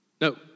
No